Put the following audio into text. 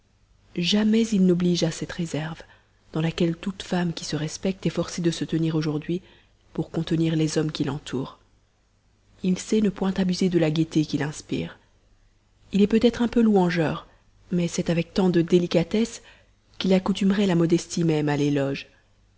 jamais il n'oblige à cette réserve dans laquelle toute femme qui se respecte est forcée de se tenir aujourd'hui pour contenir les hommes qui l'entourent il sait ne point abuser de la gaieté qu'il inspire il est peut-être un peu louangeur mais c'est avec tant de délicatesse qu'il accoutumerait la modestie même à l'éloge